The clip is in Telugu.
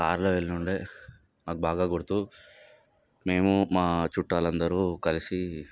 కారులో వెళ్ళుండే నాకు బాగా గుర్తు మేము మా చుట్టాలు అందరు కలిసి